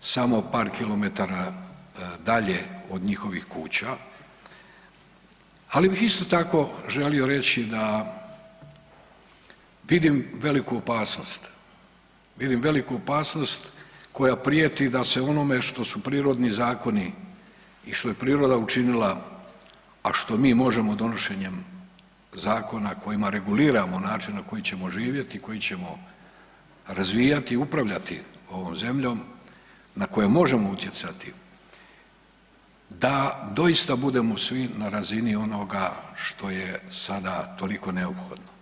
samo par kilometara dalje od njihovih kuća ali bih isto tako želio reći da vidim veliku opasnost, vidim veliku opasnost koja prijeti da se onome što su prirodni zakoni i što je priroda učinila, a što mi možemo donošenjem zakona kojima reguliramo način na koji ćemo živjeti i koji ćemo razvijati i upravljati ovom zemljom, na koje možemo utjecati da doista budemo svi na razini onoga što je sada toliko neophodno.